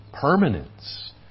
permanence